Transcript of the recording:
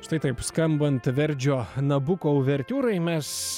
štai taip skambant verdžio nabuko uvertiūrai mes